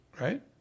Right